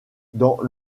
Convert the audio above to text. dans